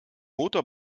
motor